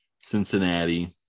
Cincinnati